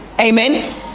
amen